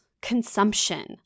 Consumption